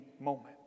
moment